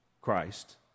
Christ